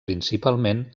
principalment